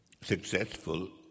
successful